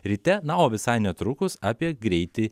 ryte na o visai netrukus apie greitį